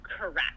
Correct